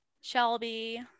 Shelby